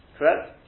Correct